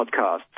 Podcasts